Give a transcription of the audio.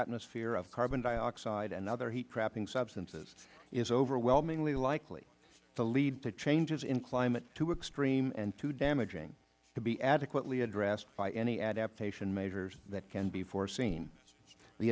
atmosphere of carbon dioxide and other heat trapping substances is overwhelmingly likely to lead to changes in climate too extreme and too damaging to be adequately addressed by any adaptation measures that can be foreseen the